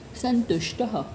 सन्तुष्टः